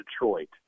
Detroit